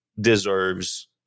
deserves